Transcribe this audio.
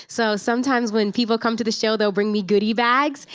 so sometimes when people come to the show, they'll bring me goodie bags.